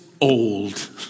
old